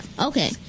Okay